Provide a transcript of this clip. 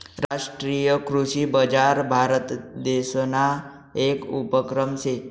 राष्ट्रीय कृषी बजार भारतदेसना येक उपक्रम शे